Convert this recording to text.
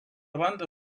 banda